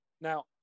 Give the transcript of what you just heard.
Now